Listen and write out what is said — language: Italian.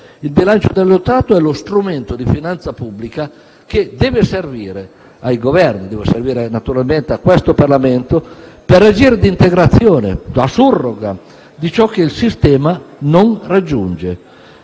Il bilancio dello Stato è lo strumento di finanza pubblica che deve servire ai Governi - e naturalmente a questo Parlamento - come integrazione e surroga di ciò che il sistema non raggiunge.